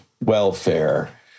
welfare